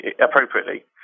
appropriately